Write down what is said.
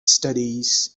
studies